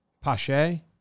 Pache